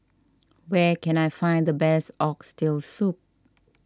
where can I find the best Oxtail Soup